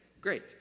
great